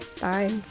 Bye